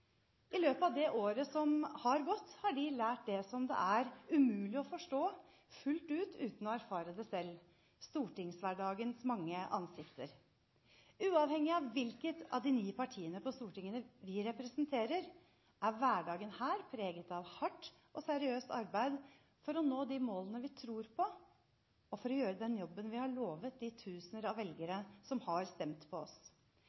I løpet av året som er gått, har de lært det som det er umulig å forstå fullt ut uten å erfare det selv: stortingshverdagens mange ansikter. Uavhengig av hvilket av de ni partiene på Stortinget vi representerer, er hverdagen her preget av hardt og seriøst arbeid for å nå de målene vi tror på, og for å gjøre den jobben vi har lovet de tusener av velgere som har stemt på oss.